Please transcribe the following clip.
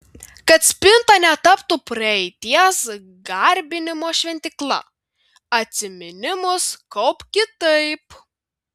kad spinta netaptų praeities garbinimo šventykla atsiminimus kaupk kitaip